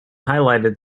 highlighted